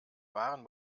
waren